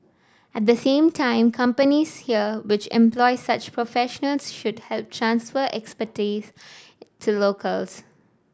at the same time companies here which employ such professionals should help transfer expertise to locals